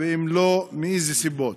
אם לא, מאילו סיבות?